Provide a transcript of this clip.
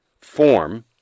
form